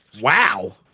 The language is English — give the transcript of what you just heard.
Wow